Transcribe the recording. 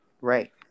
right